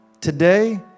Today